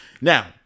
Now